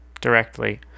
directly